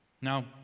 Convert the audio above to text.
Now